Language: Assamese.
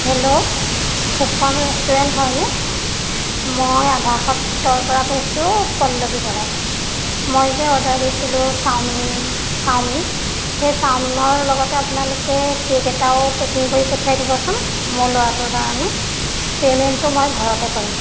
হেল্ল' ফুকন ৰেষ্টুৰেণ্ট হয়নে মই আধা সত্ৰৰ পৰা কৈছোঁ পল্লৱী বৰাই মই যে অৰ্ডাৰ দিছিলো চাওমিন চাওমিন সেই চাওমিনৰ লগতে আপোনালোকে কে'ক এটাও পেকিং কৰি পঠিয়াই দিবচোন মোৰ ল'ৰাটোৰ কাৰণে পে'মেণ্টটো মই ঘৰতে কৰিম